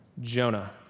Jonah